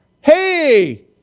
Hey